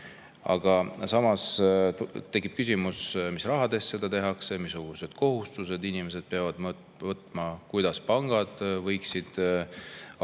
Aga samas tekib küsimus, mis raha eest seda tehakse, missugused kohustused inimesed peavad võtma, kuidas pangad võiksid appi